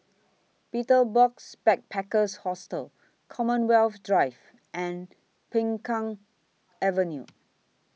Betel Box Backpackers Hostel Commonwealth Drive and Peng Kang Avenue